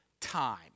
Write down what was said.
time